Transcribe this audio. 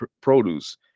produce